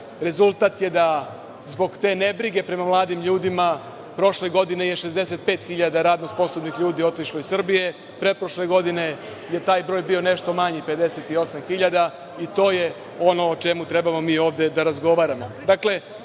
Rezultat je da zbog te nebrige prema mladim ljudima prošle godine otišlo 65.000 radnosposobnih ljudi iz Srbije, pretprošle godine je taj broj bio nešto manji 58.000, i to je ono o čemu mi treba da razgovaramo. Dakle,